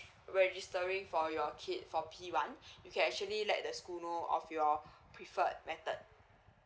registering for your kid for P one you can actually let the school know of your preferred method